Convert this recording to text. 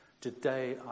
today